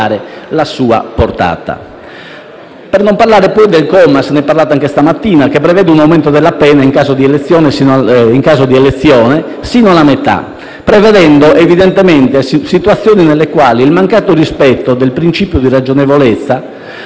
Per non parlare poi del comma, di cui si è parlato anche stamattina, che prevede un aumento della pena in caso di elezione sino alla metà, prevedendo evidentemente situazioni nelle quali il mancato rispetto del principio di ragionevolezza,